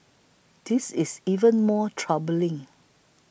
this is even more troubling